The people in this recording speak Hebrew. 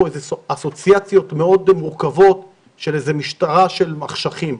אסוציאציות מאוד מורכבות של משטרה של מחשכים.